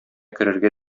керергә